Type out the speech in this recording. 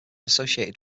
associated